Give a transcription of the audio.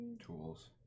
Tools